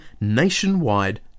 nationwide